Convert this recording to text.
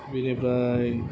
बिनिफ्राय